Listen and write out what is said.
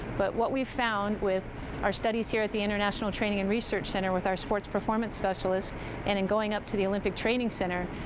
but what we've found with our studies here at the international training and research center with our sports performance specialist and and going up to the olympic training center,